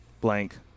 blank